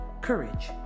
courage